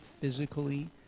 physically